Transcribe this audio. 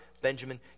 Benjamin